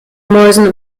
mäusen